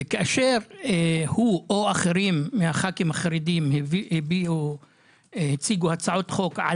וכאשר הוא או אחרים מהח"כים החרדים הציגו הצעות חוק על